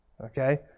Okay